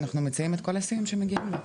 אנחנו מציעים לו את כל הסיוע שמגיע לו,